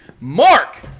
Mark